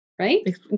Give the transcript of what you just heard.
right